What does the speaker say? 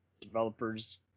Developers